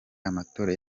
amatora